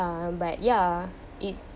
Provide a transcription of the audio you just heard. um but ya it's